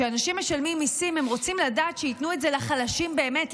כי כשאנשים משלמים מיסים הם רוצים לדעת שייתנו את זה לחלשים באמת,